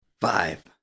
five